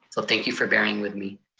so thank you for bearing with me.